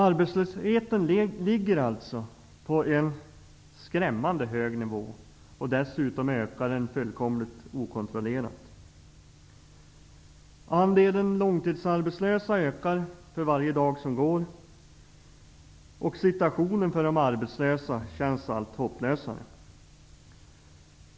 Arbetslösheten ligger alltså på en skrämmande hög nivå och ökar dessutom fullkomligt okontrollerat. Andelen långtidsarbetslösa ökar för varje dag som går, och situationen för de arbetslösa känns allt hopplösare.